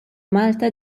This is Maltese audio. malta